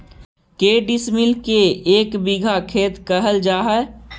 के डिसमिल के एक बिघा खेत कहल जा है?